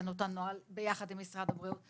כשהוצאנו את הנוהל ביחד עם משרד הבריאות.